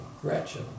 Gretchen